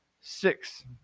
six